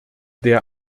der